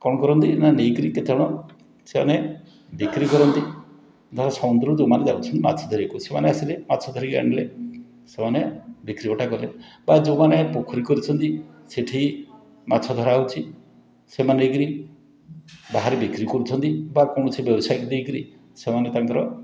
କ'ଣ କରନ୍ତି ନା ନେଇକିରି କେତେ ଜଣ ସେମାନେ ବିକ୍ରି କରନ୍ତି ଧର ସମୁଦ୍ରକୁ ଯେଉଁମାନେ ଯାଉଛନ୍ତି ମାଛ ଧରିବାକୁ ସେମାନେ ଆସିଲେ ମାଛ ଧରିକି ଆଣିଲେ ସେମାନେ ବିକ୍ରିବଟା କଲେ ବା ଯେଉଁମାନେ ପୋଖରୀ କରିଛନ୍ତି ସେଇଠି ମାଛଧରା ହେଉଛି ସେମାନେ ଯାଇକରି ବାହାରେ ବିକ୍ରି କରୁଛନ୍ତି ବା କୌଣସି ବ୍ୟବସାୟୀକୁ ଦେଇକରି ସେମାନେ ତାଙ୍କର